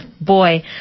Boy